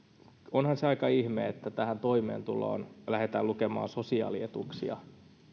onhan se aika ihme että tähän toimeentuloon lähdetään lukemaan sosiaalietuuksia